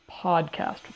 podcast